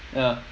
ya